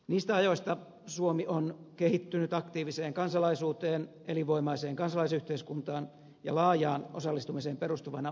niistä ajoista suomi on kehittynyt aktiiviseen kansalaisuuteen elinvoimaiseen kansalaisyhteiskuntaan ja laajaan osallistumiseen perustuvana pohjoismaisena demokratiana